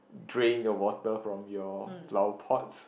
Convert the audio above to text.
drain your water from your flower pots